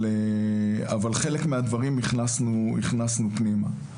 אבל חלק מהדברים הכנסנו פנימה.